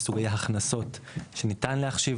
יש סוגי הכנסות שניתן להחשיב,